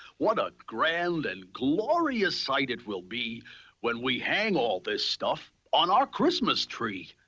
what a grand and glorious sight it will be when we hang all this stuff on our christmas tree.